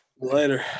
Later